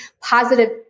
positive